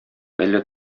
әллә